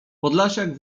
podlasiak